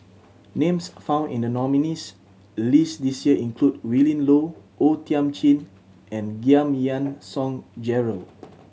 names found in the nominees' list this year include Willin Low O Thiam Chin and Giam Yean Song Gerald